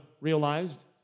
realized